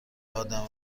ادم